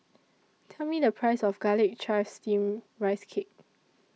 Tell Me The Price of Garlic Chives Steamed Rice Cake